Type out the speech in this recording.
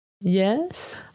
Yes